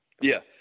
Yes